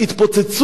שהיא תבוא,